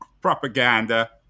propaganda